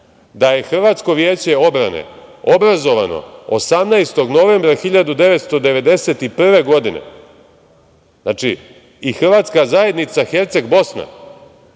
da je Hrvatsko veće odbrane obrazovano 18. novembra 1991. godine. Znači, i Hrvatska zajednica Herceg-Bosna,